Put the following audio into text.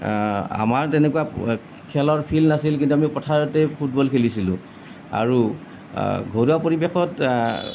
আমাৰ তেনেকুৱা খেলৰ ফিল্ড নাছিল কিন্তু আমি পথাৰতেই ফুটবল খেলিছিলোঁ আৰু ঘৰুৱা পৰিৱেশত